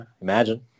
Imagine